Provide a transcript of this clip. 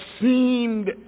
seemed